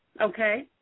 Okay